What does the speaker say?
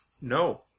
no